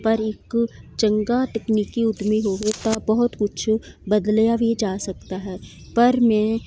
ਪਰ ਇੱਕ ਚੰਗਾ ਤਕਨੀਕੀ ਉੱਦਮੀ ਹੋਵੇ ਤਾਂ ਬਹੁਤ ਕੁਛ ਬਦਲਿਆ ਵੀ ਜਾ ਸਕਦਾ ਹੈ ਪਰ ਮੈਂ